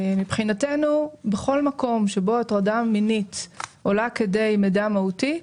מבחינתנו בכל מקום שבו הטרדה מינית עולה כדי מידע מהותי,